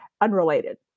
unrelated